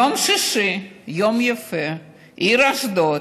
יום שישי, יום יפה, העיר אשדוד,